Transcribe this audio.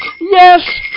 Yes